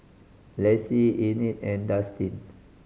Lexi Enid and Dustin